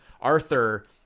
arthur